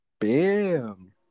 Bam